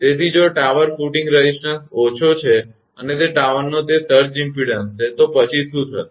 તેથી જો tower footing resistance ઓછો છે અને તે ટાવરનો તે સર્જ ઇમપેડન્સ છે તો પછી શું થશે